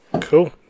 Cool